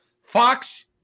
Fox